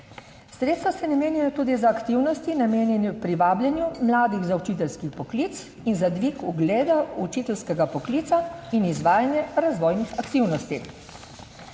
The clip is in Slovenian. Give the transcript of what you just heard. Sredstva se namenjajo tudi za aktivnosti namenjene privabljanju mladih za učiteljski poklic in za dvig ugleda učiteljskega poklica in izvajanje razvojnih aktivnosti.